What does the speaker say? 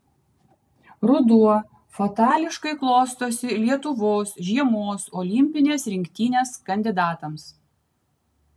ruduo fatališkai klostosi lietuvos žiemos olimpinės rinktinės kandidatams